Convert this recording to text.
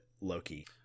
Loki